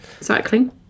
Cycling